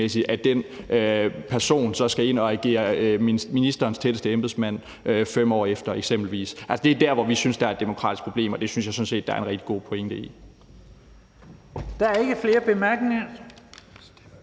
eksempelvis skal ind og agere ministerens tætteste embedsmand 5 år efter. Det er der, hvor vi synes der er et demokratisk problem, og det synes jeg sådan set der er en rigtig god pointe i.